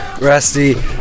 Rusty